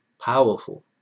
powerful